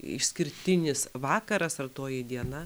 išskirtinis vakaras ar toji diena